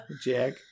Jack